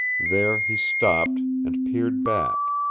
there he stopped, and peered back.